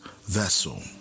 vessel